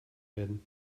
werden